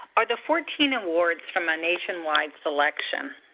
are the fourteen awards from a nationwide selection?